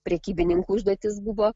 prekybininkų užduotis buvo